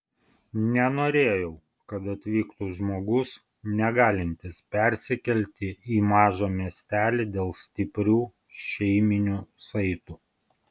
nenorėjau kad atvyktų žmogus negalintis persikelti į mažą miestelį dėl stiprių šeiminių saitų